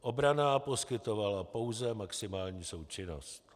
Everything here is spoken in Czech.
Obrana poskytovala pouze maximální součinnost.